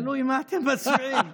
תלוי מה אתם מצביעים.